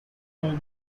all